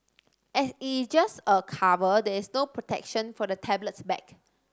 as it is just a cover there is no protection for the tablet's back